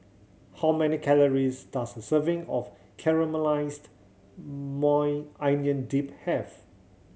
how many calories does a serving of Caramelized Maui Onion Dip have